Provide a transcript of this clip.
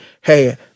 hey